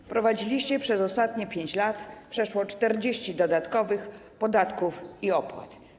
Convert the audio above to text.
Wprowadziliście przez ostatnie 5 lat przeszło 40 mld zł dodatkowych podatków i opłat.